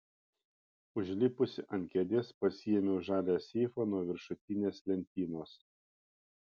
užlipusi ant kėdės pasiėmiau žalią seifą nuo viršutinės lentynos